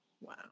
Wow